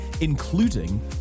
including